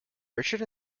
richard